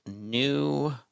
new